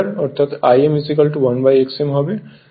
অর্থাৎ Im 1 X m হয়